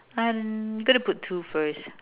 I'm gonna put two first